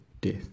death